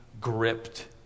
gripped